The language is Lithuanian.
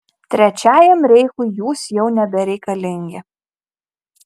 trečiajam reichui jūs jau nebereikalingi